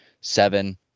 seven